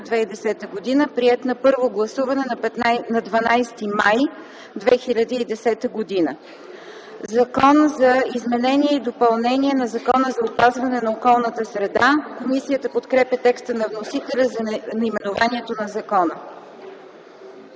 2010 г., приет на първо гласуване на 12 май 2010 г. „Закон за изменение и допълнение на Закона за опазване на околната среда”.” Комисията подкрепя текста на вносителя за наименованието на закона.